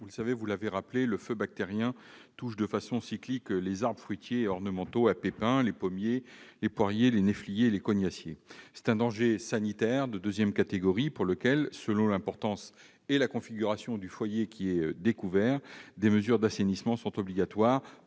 la sénatrice Morhet-Richaud, le feu bactérien touche de façon cyclique les arbres fruitiers et ornementaux à pépins : pommiers, poiriers, néfliers et cognassiers. C'est un danger sanitaire de deuxième catégorie, pour lequel, selon l'importance et la configuration du foyer découvert, des mesures d'assainissement sont obligatoires,